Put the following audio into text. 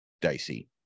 dicey